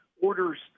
orders